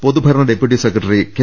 പൊതുഭരണ deputy secretary K